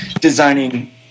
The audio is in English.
designing